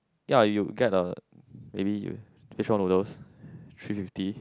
ya you get a maybe fishball noodles three fifty